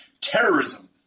Terrorism